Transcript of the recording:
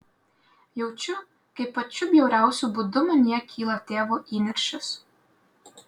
jaučiu kaip pačiu bjauriausiu būdu manyje kyla tėvo įniršis